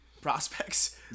prospects